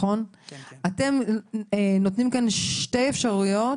אתם נותנים כאן שתי אפשרויות,